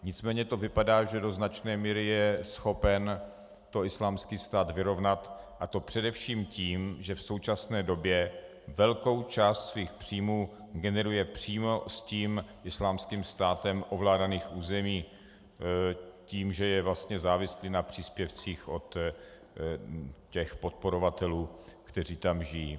Nicméně to vypadá, že do značné míry je schopen to Islámský stát vyrovnat, a to především tím, že v současné době velkou část svých příjmů generuje přímo s tím Islámským státem ovládaných území, tím že je vlastně závislý na příspěvcích od podporovatelů, kteří tam žijí.